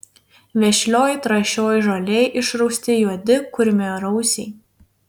vešlioj trąšioj žolėj išrausti juodi kurmiarausiai